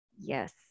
Yes